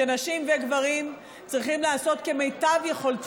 שנשים וגברים צריכים לעשות כמיטב יכולתם על מנת,